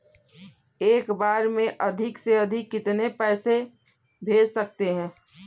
एक बार में अधिक से अधिक कितने पैसे भेज सकते हैं?